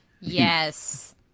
Yes